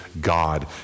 God